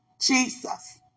Jesus